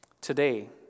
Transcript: today